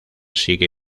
sigue